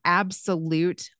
absolute